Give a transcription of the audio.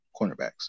cornerbacks